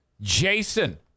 Jason